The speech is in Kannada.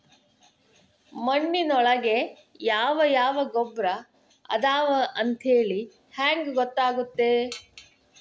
ಮಣ್ಣಿನೊಳಗೆ ಯಾವ ಯಾವ ಗೊಬ್ಬರ ಅದಾವ ಅಂತೇಳಿ ಹೆಂಗ್ ಗೊತ್ತಾಗುತ್ತೆ?